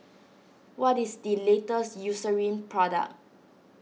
what is the latest Eucerin product